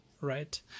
right